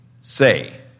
say